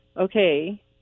okay